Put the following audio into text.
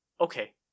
okay